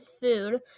food